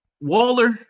Waller